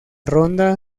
ronda